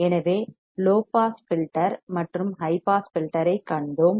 எனவே low pass filter மற்றும் high pass filter ஐக் கண்டோம்